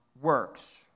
works